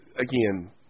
again